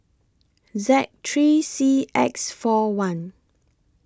Z three C X four one